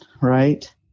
right